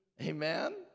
Amen